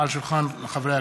האנטישמיות הגואה באירופה.